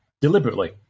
deliberately